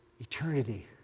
eternity